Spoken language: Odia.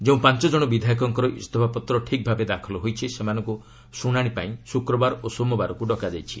ଯେଉଁ ପାଞ୍ଚ ଜଣ ବିଧାୟକଙ୍କର ଇସ୍ତଫାପତ୍ର ଠିକ୍ ଭାବେ ଦାଖଲ ହୋଇଛି ସେମାନଙ୍କୁ ଶୁଣାଣି ପାଇଁ ଶୁକ୍ରବାର ଓ ସୋମବାରକୁ ଡକାଯାଇଛି